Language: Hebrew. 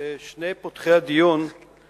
לפי הרשימה שלי אני לפני בן-ארי.